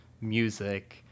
music